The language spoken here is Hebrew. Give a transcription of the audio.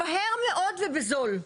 מהר מאוד ובזול.